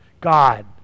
God